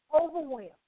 overwhelmed